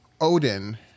Odin